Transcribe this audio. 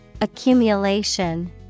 Accumulation